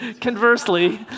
Conversely